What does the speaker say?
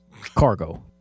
Cargo